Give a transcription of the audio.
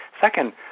Second